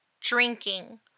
drinking